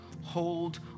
Hold